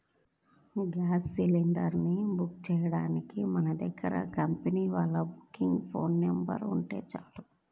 gas cylinder ని book చెయ్యడానికి మన దగ్గర కంపెనీ వాళ్ళ బుకింగ్ ఫోన్ నెంబర్ ఉంటే చాలు